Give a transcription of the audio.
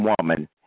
woman